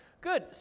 Good